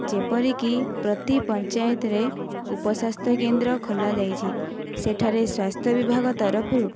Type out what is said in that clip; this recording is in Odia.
ଯେପରିକି ପ୍ରତି ପଞ୍ଚାୟତରେ ଉପସ୍ୱାସ୍ଥ୍ୟକେନ୍ଦ୍ର ଖୋଲା ଯାଇଛି ସେଠାରେ ସ୍ୱାସ୍ଥ୍ୟ ବିଭାଗ ତରଫରୁ